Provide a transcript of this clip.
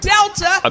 Delta